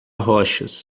rochas